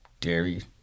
dairy